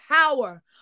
power